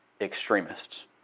extremists